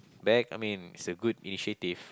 back I mean it's a good initiative